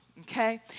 okay